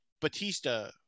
Batista